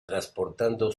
transportando